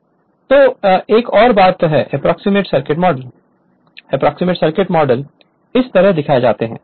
Refer Slide Time 4029 तो एक और बात अप्रॉक्सिमेट् सर्किट मॉडल है एप्रोक्सीमेट सर्किट मॉडल इस तरह दिखाए जाते हैं